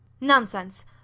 nonsense